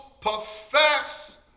profess